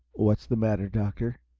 what's the matter, doctor?